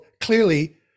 clearly